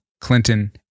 Clinton